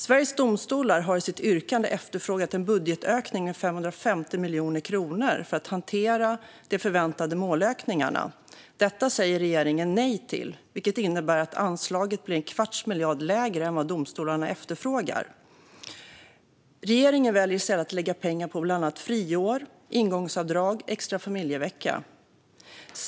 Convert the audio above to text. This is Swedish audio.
Sveriges Domstolar har i sitt yrkande efterfrågat en budgetökning med 550 miljoner kronor för att hantera de förväntade målökningarna. Detta säger regeringen nej till, vilket innebär att anslaget blir en kvarts miljard lägre än vad domstolarna efterfrågar. Regeringen väljer i stället att lägga pengar på bland annat friår, ingångsavdrag och extra familjevecka.